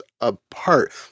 apart